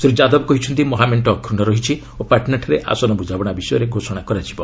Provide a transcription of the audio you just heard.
ଶ୍ରୀ ଯାଦବ କହିଛନ୍ତି ମହାମେଣ୍ଟ ଅକ୍ଷୁଶ୍ୟ ରହିଛି ଓ ପାଟନାଠାରେ ଆସନ ବୃଝାମଣା ବିଷୟରେ ଘୋଷଣା କରାଯିବ